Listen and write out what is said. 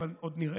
אבל עוד נראה,